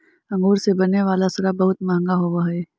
अंगूर से बने वाला शराब बहुत मँहगा होवऽ हइ